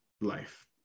life